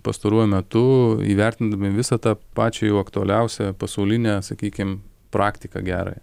pastaruoju metu įvertindami visą tą pačią aktualiausią pasaulinę sakykim praktiką gerąją